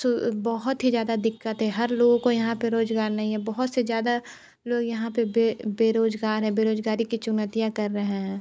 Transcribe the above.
से बहुत ही ज़्यादा दिक्कत है हर लोगों को यहाँ पर रोज़गार नहीं है बहुत से ज़्यादा लोग यहाँ पर बेरोज़गार हैं बेरोज़गारी की चुनौतियाँ कर रहे हैं